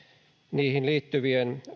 niihin liittyvien